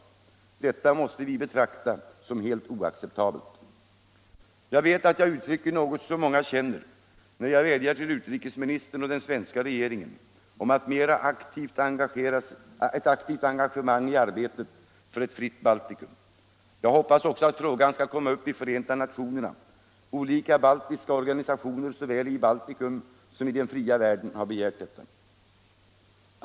Detta förhållande måste vi betrakta som helt oacceptabelt. Jag vet att jag uttrycker något som många känner, när jag vädjar till utrikesministern och den svenska regeringen om ett mera aktivt engagemang i arbetet för ett fritt Balticum. Jag hoppas också att frågan skall komma upp i FN -— olika baltiska organisationer såväl i Balticum som i den fria världen har begärt detta.